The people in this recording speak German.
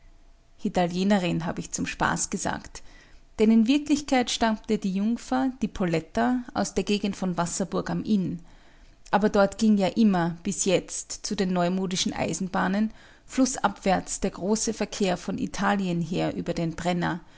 italienerin habe ich zum spaß gesagt denn in wirklichkeit stammte die jungfer die poletta aus der gegend von wasserburg am inn aber dort ging ja immer bis jetzt zu den neumodischen eisenbahnen flußabwärts der große verkehr von italien her über den brenner